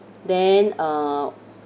then uh